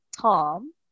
Tom